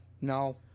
No